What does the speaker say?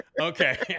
Okay